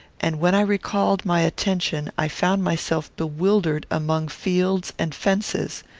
and, when i recalled my attention, i found myself bewildered among fields and fences.